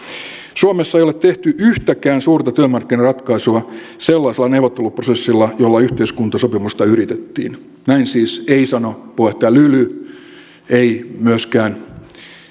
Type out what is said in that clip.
suomessa ei ole tehty yhtäkään suurta työmarkkinaratkaisua sellaisella neuvotteluprosessilla jolla yhteiskuntasopimusta yritettiin näin siis ei sano puheenjohtaja lyly ei myöskään